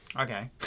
okay